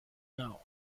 know